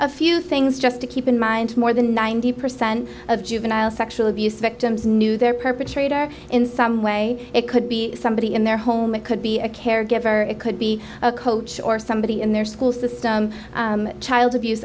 a few things just to keep in mind more than ninety percent of juvenile sexual abuse victims knew their perpetrator in some way it could be somebody in their home it could be a caregiver or it could be a coach or somebody in their school system child abuse